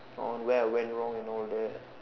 on where I went wrong and all that